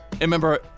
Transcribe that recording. Remember